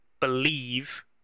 believe